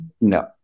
No